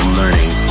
learning